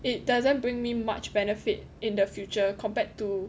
it doesn't bring me much benefit in the future compared to